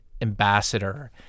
ambassador